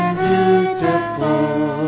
beautiful